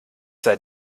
sei